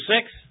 six